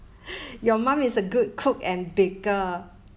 your mum is a good cook and baker